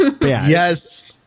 Yes